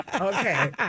Okay